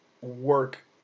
work